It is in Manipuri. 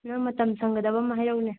ꯅꯪ ꯃꯇꯝ ꯁꯪꯒꯗꯕ ꯑꯃ ꯍꯥꯏꯔꯛꯎꯅꯦ